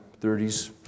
30s